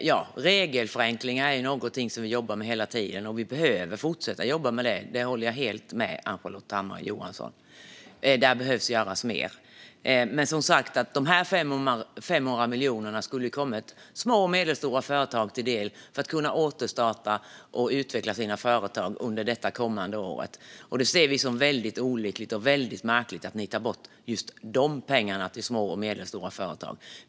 Regelförenklingar är något som vi jobbar med hela tiden, och vi behöver fortsätta att jobba med det. Jag håller helt med Ann-Charlotte Hammar Johnsson om att mer behöver göras där. De 500 miljonerna skulle som sagt ha kommit små och medelstora företag till del för att de ska kunna återstarta och utveckla sina företag under det kommande året. Vi ser det som väldigt olyckligt och märkligt att ni tar bort just de pengarna till små och medelstora företag.